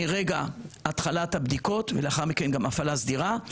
מרגע התחלת הבדיקות ולאחר מכן גם הפעלה סדירה,